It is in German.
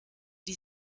die